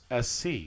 SC